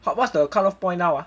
what what's the cut off point now ah